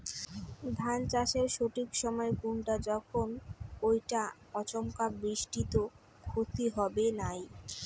ধান চাষের সঠিক সময় কুনটা যখন এইটা আচমকা বৃষ্টিত ক্ষতি হবে নাই?